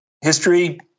history